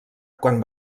quan